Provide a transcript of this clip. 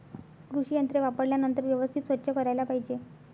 कृषी यंत्रे वापरल्यानंतर व्यवस्थित स्वच्छ करायला पाहिजे